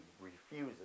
refuses